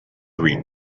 read